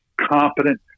competent